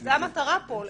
זו המטרה פה,